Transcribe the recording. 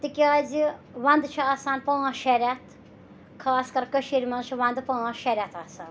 تِکیازِ وَندٕ چھُ آسان پانٛژھ شےٚ رٮ۪تھ خاص کَر کٲشیٖرِ منٛز چھِ وَندٕ پانٛژھ شےٚ رٮ۪تھ آسان